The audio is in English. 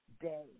day